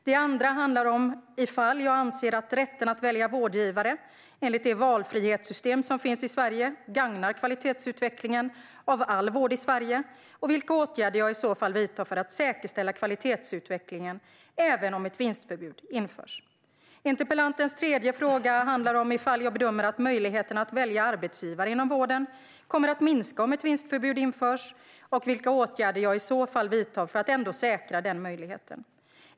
Den andra frågan handlar om ifall jag anser att rätten att välja vårdgivare enligt det valfrihetssystem som finns i Sverige gagnar kvalitetsutvecklingen av all vård i Sverige och vilka åtgärder som jag i så fall vidtar för att säkerställa kvalitetsutvecklingen även om ett vinstförbud införs. Interpellantens tredje fråga handlar om ifall jag bedömer att möjligheterna att välja arbetsgivare inom vården kommer att minska om ett vinstförbud införs och vilka åtgärder som jag i så fall vidtar för att ändå säkra den möjligheten.